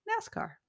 NASCAR